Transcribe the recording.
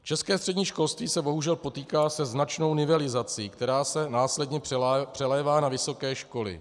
České střední školství se bohužel potýká se značnou nivelizací, která se následně přelévá na vysoké školy.